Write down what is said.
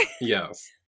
yes